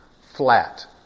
flat